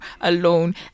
alone